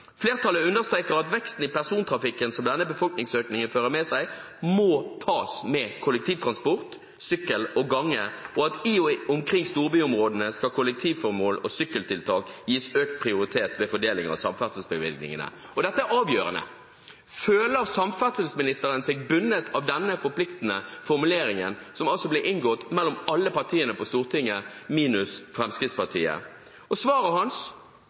Flertallet understreker at veksten i persontransporten som denne befolkningsøkningen fører med seg må tas med kollektivtransport, sykkel og gange, og at i og omkring storbyområdene skal kollektivformål og sykkeltiltak gis økt prioritet ved fordeling av samferdselsbevilgningene.» Dette er avgjørende. Føler samferdselsministeren seg bundet av denne forpliktende formuleringen som ble inngått mellom alle partiene på Stortinget, minus Fremskrittspartiet? Svaret hans,